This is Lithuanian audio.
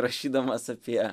rašydamas apie